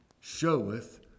showeth